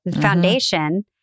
foundation